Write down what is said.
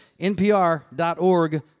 NPR.org